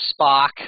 Spock